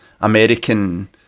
American